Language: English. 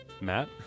matt